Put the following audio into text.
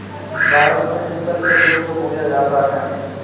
भारत में पीपल के पेड़ को पूजा जाता है